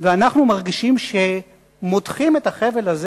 ואנחנו מרגישים שמותחים את החבל הזה,